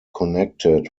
connected